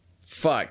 fuck